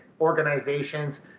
organizations